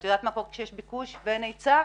את יודעת מה קורה כשיש ביקוש ואין היצע?